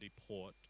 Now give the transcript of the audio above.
deport